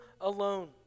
alone